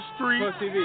Street